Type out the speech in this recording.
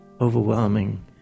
overwhelming